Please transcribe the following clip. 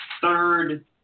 third